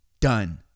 Done